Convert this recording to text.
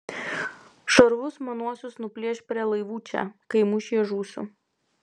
šarvus manuosius nuplėš prie laivų čia kai mūšyje žūsiu